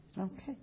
Okay